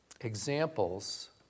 examples